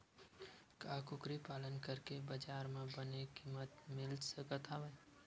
का कुकरी पालन करके बजार म बने किमत मिल सकत हवय?